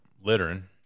Littering